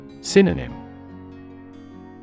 Synonym